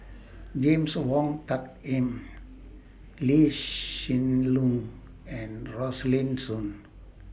James Wong Tuck Yim Lee Hsien Loong and Rosaline Soon